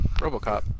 Robocop